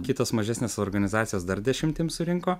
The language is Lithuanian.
kitos mažesnės organizacijos dar dešimtim surinko